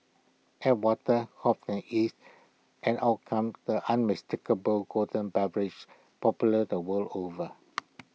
add water hops and yeast and out comes the unmistakable golden beverage popular the world over